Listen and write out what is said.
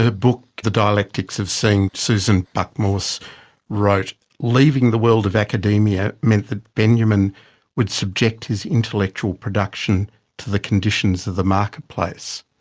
ah book, the dialectics of seeing, susan buck-morss wrote leaving the world of academia, meant that benjamin would subject his intellectual production to the conditions of the marketplace.